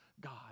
God